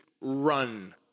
run